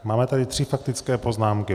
Máme tady tři faktické poznámky.